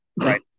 right